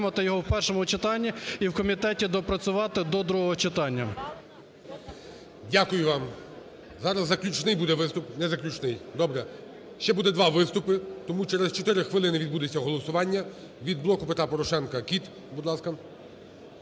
Дякую вам. Зараз заключний буде виступ. Не заключний. Добре. Ще буде два виступи. Тому через 4 хвилини відбудеться голосування. Від "Блоку Петра Порошенка" Кіт, будь ласка.